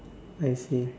I see